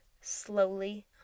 slowly